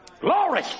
Glory